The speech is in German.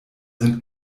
sind